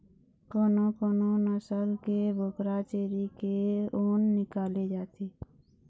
कोनो कोनो नसल के बोकरा छेरी के ऊन निकाले जाथे